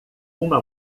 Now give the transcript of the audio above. uma